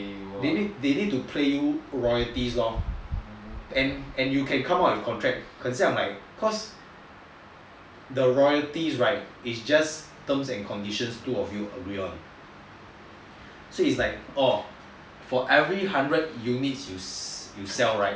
they need to pay you royalties lor and you can come out with contracts cause the royalties right is just terms and conditions of what both of you agree on so is like orh for every hundred C_D you sell right